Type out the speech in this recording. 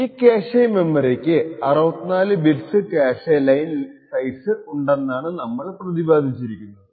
ഈ ക്യാഷെ മെമ്മറിക്ക് 64 bits cache line size ഉണ്ടെന്നാണ് നമ്മൾ പ്രതിപാദിച്ചിരിക്കുന്നത്